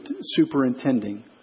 superintending